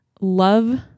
love